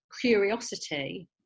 curiosity